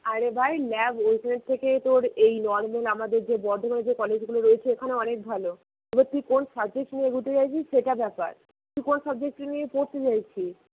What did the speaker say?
আরে ভাই ল্যাব ওইখানের থেকে তোর এই নর্মাল আমাদের যে বর্ধমানের যে কলেজগুলো রয়েছে এখানে অনেক ভালো এবার তুই কোন সাবজেক্ট নিয়ে এগোতে চাইছিস সেটা ব্যাপার তুই কোন সাবজেক্ট কী নিয়ে পড়তে চাইছিস